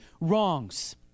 wrongs